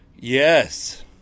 Yes